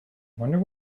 wonder